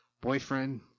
boyfriend